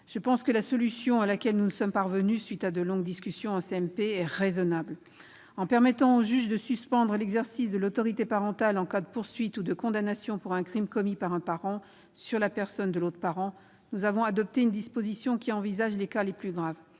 Je pense que la solution à laquelle nous sommes parvenus, après de longues discussions en CMP, est raisonnable. En permettant au juge de suspendre l'exercice de l'autorité parentale en cas de poursuites ou de condamnation pour un crime commis par un parent sur la personne de l'autre parent, nous avons adopté une disposition qui envisage les cas les plus graves.